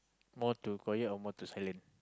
more to quiet or more to silent